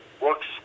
works